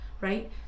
right